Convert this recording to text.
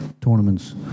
tournaments